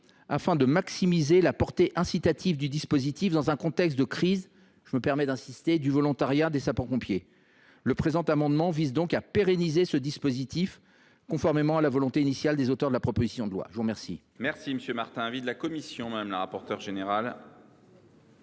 afin de maximiser la portée incitative du dispositif dans un contexte de crise – je me permets d’insister – du volontariat des sapeurs pompiers. Le présent amendement vise donc à pérenniser la mesure, conformément à la volonté initiale des auteurs de la proposition de loi. Quel